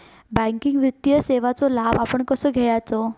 Banking वित्तीय सेवाचो लाभ आपण कसो घेयाचो?